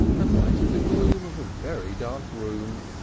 and lighted the gloom of a very dark room.